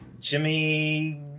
jimmy